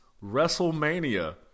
Wrestle-mania